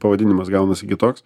pavadinimas gaunasi kitoks